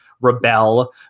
rebel